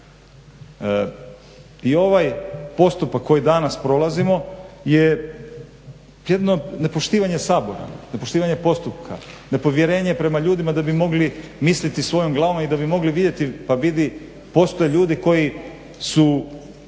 I ovaj postupak koji danas prolazimo je jedno nepoštivanje Sabora, nepoštivanje postupka, nepovjerenje prema ljudima da bi mogli misliti svojom glavom i da bi mogli vidjeti pa vidi postoje ljudi koji su